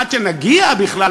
עד שנגיע בכלל,